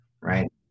right